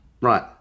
Right